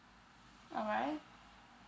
alright